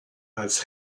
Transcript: als